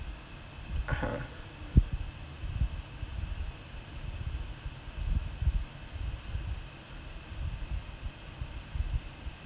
(uh huh)